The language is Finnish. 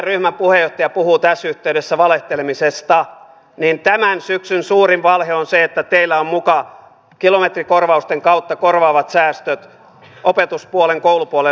teidän ryhmänne puheenjohtaja puhuu tässä yhteydessä valehtelemisesta mutta tämän syksyn suurin valhe on se että teillä on muka kilometrikorvausten kautta korvaavat säästöt opetus ja koulupuolen leikkauksille